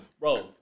bro